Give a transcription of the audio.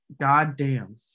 goddamn